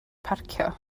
parcio